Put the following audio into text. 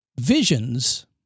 Visions